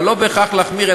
אבל לא בהכרח להחמיר,